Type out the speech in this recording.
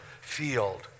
field